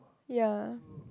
ya